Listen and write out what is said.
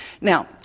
Now